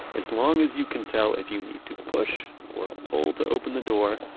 as long as you can tell if you need to push or pull to open the door,